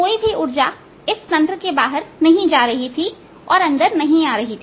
कोई भी ऊर्जा इस प्रणाली तंत्र से बाहर नहीं जा रही थी और अंदर नहीं आ रही थी